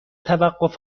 توقف